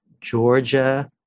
Georgia